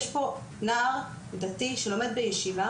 יש פה נער דתי שלומד בישיבה,